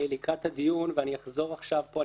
לקראת הדיון, ואני אחזור עכשיו פה.